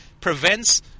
prevents